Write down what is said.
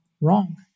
wrong